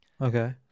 Okay